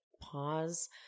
pause